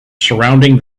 surrounding